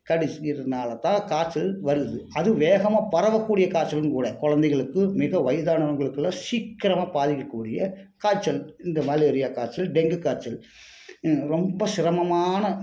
கடிக்கிறதனாலதான் காய்ச்சல் வருது அதுவும் வேகமாக பரவக்கூடிய காய்ச்சலும் கூட குலந்தைகளுக்கு மிக வயதானவங்களுக்குலாம் சீக்கிரமாக பாதிக்கக்கூடிய காய்ச்சல் இந்த மலேரியா காய்ச்சல் டெங்கு காய்ச்சல் ரொம்ப சிரமமான